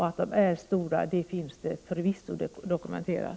Att missförhållandena är stora är förvisso dokumenterat.